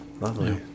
lovely